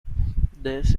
these